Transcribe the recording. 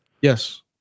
Yes